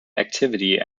activity